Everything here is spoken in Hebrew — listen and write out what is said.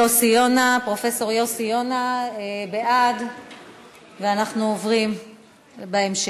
התוצאות הן: בעד, 23,